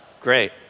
great